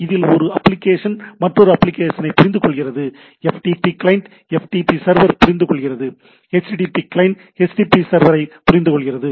இதில் ஒரு அப்ளிகேஷன் மற்றொரு அப்ளிகேஷனை புரிந்துகொள்கிறது எப்டிபி கிளையன்ட் எப்டிபி சர்வரை புரிந்துகொள்கிறது H T T P client H T T P சர்வரை புரிந்துகொள்கிறது